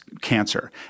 cancer